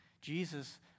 Jesus